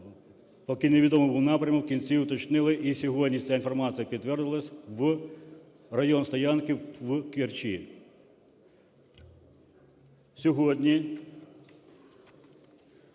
поки невідомий був напрямок, в кінці уточнили, і сьогодні ця інформація підтвердилась, в район стоянки в Керчі.